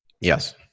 Yes